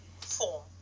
form